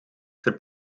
für